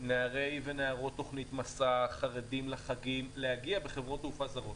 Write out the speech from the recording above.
נערי ונערות תוכנית "מסע" ולחרדים בחגים להגיע בחברות תעופה זרות.